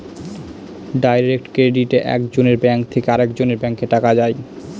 direct ক্রেডিটে এক জনের ব্যাঙ্ক থেকে আরেকজনের ব্যাঙ্কে টাকা যায়